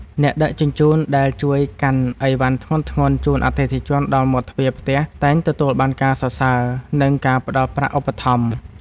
អ្នកដឹកជញ្ជូនដែលជួយកាន់អីវ៉ាន់ធ្ងន់ៗជូនអតិថិជនដល់មាត់ទ្វារផ្ទះតែងទទួលបានការសរសើរ និងការផ្ដល់ប្រាក់ឧបត្ថម្ភ។